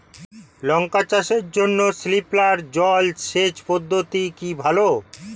লঙ্কা চাষের জন্য স্প্রিংলার জল সেচ পদ্ধতি কি ভালো?